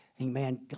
Amen